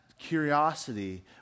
Curiosity